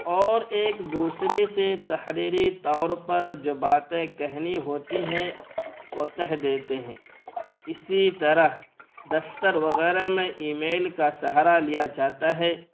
اور ایک دوسرے سے تحریری طور پر جو باتیں کہنی ہوتی ہیں وہ کہہ دیتے ہیں اسی طرح دفتر وغیرہ میں ای میل کا سہارا لیا جاتا ہے